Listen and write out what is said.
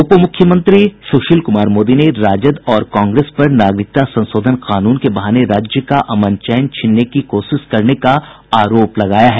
उप मुख्यमंत्री सुशील कुमार मोदी ने राजद और कांग्रेस पर नागरिकता संशोधन कानून के बहाने राज्य का अमन चैन छीनने की कोशिश करने का आरोप लगाया है